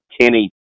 Kenny